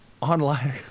online